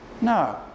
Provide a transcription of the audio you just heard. No